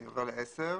אני עובר ל-(10):